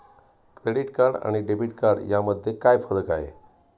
Credit card आणि debit card यामध्ये काय फरक आहे?